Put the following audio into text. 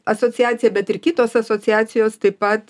asociacija bet ir kitos asociacijos taip pat